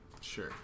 Sure